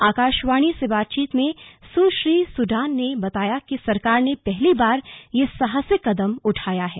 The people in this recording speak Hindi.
आकाशवाणी से बातचीत में सुश्री सूडान ने बताया कि सरकार ने पहली बार यह साहसिक कदम उठाया है